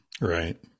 Right